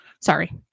sorry